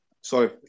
Sorry